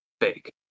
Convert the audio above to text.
fake